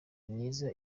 myiza